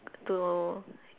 to